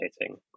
hitting